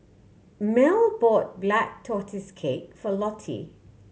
Mel bought Black Tortoise Cake for Lottie